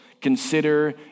consider